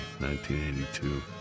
1982